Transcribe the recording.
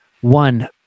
one